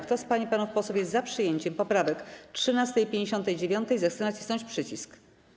Kto z pań i panów posłów jest za przyjęciem poprawek 13. i 59., zechce nacisnąć przycisk.